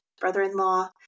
brother-in-law